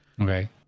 Okay